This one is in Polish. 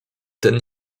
ten